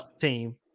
team